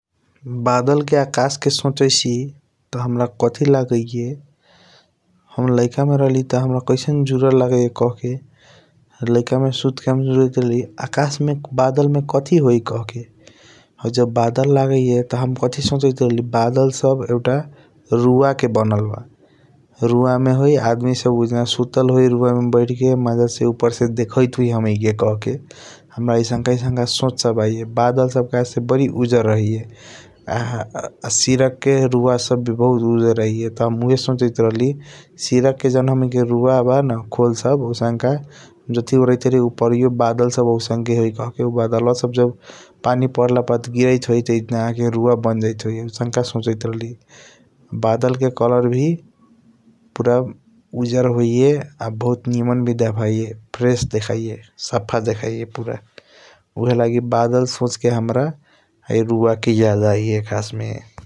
बादल के आकास के सोचाईसी त हाम्रा कथी लागैया हम लैका मे राहली त हाम्रा कैसन जूदल लागैया कहके । लाइक मे हम सुते के सोचैत रहली आकास मे बदल मे कथी होई कहके हु जब बदल लगिएय त हम कथी सोचैत राहली । बदल सब एउटा रुव के बनल बा रुव मे होई आदमी सब सुतल होई रुव मे बैठ के आदमी सब देखाइट होई हमैके देखाइट होई कहके । हाम्रा आइसन आइसन सोच सब आइय बदल सब कहेसे बारी उजर होइया सिरके रुव सब वी बारी उजर होइया हम उहए सोचैत राहली । सिरका के जॉन रुव सब ब न खोल सब आउसनक अजतही ओरैत बारी उपरियों आउसनके होई कहके उ बदल सब जब पनि पर्ल पर जब । गिराइट होई ईजन आके रुव बन जैत होई आउसनक सोचैत रहली बदल के कलर वी पूरा उजर होई बहुत निमन वी देखाइया । फ्रेश देखाया साग देखाया ऊहएलगी बदल सोच के हाम्रा है रुव के याद आइय खसस मे ।